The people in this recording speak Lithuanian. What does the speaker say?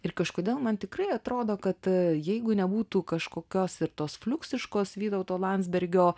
ir kažkodėl man tikrai atrodo kad jeigu nebūtų kažkokios ir tos fliuksiškos vytauto landsbergio